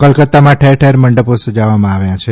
કોલકાતામાં ઠેરઠેર મંડપી સજાવવામાં આવ્યા છે